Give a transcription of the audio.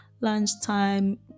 lunchtime